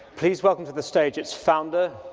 please welcome to the stage its founder.